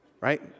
right